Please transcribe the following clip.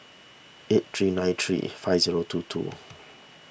eight three nine three five zero two two